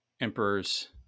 emperor's